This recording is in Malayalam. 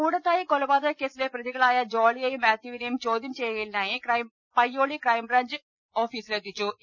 കൂടത്തായി ക്കാല്പാതക്കേസിലെ പ്രതികളായ ജോളിയെയും മാത്യുവിനെയും ചോദ്യം ചെയ്യലിനായി പയ്യോളി ക്രൈംബ്രാഞ്ച് ഓഫീസിലെത്തിച്ചു്